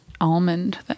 almond